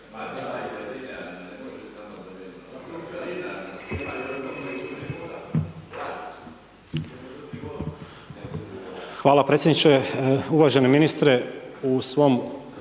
Hvala predsjedniče, uvaženi ministre u početku